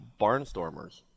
Barnstormers